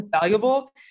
valuable